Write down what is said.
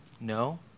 No